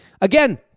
Again